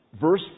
verse